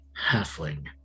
halfling